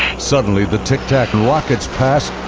suddenly the tic tac and rockets past.